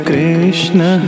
Krishna